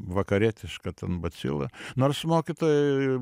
vakarietiška ten bacila nors mokytojai